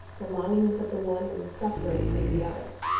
the longings of the one and the sufferings of the other.